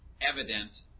evident